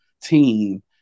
team